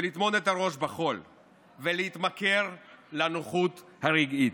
לטמון את הראש בחול ולהתמכר לנוחות הרגעית,